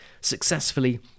successfully